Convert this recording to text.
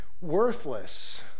worthless